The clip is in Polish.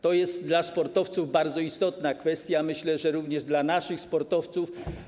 To jest dla sportowców bardzo istotna kwestia, myślę, że również dla naszych sportowców.